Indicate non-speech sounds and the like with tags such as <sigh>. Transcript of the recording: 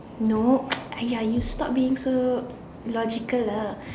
no <noise> !aiya! you stop being so logical lah